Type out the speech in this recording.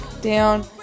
down